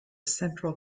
central